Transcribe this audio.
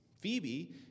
Phoebe